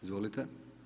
Izvolite.